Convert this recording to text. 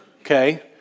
okay